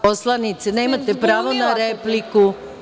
Poslanice, nemate pravo na repliku.